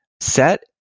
Set